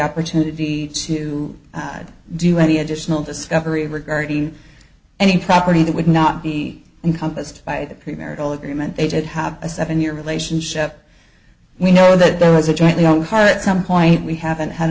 opportunity to do any additional discovery regarding any property that would not be encompassed by the marital agreement they did have a seven year relationship we know that there was a jointly own heart at some point we haven't had